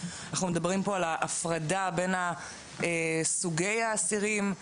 אנחנו מדברים פה על ההפרדה בין סוגי האסירים.